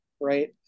right